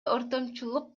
ортомчулук